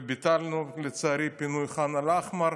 וביטלנו, לצערי, את פינוי ח'אן אל-אחמר.